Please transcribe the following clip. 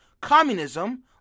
communism